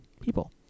people